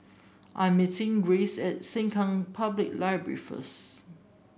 I'm meeting Rance at Sengkang Public Library first